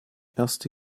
erste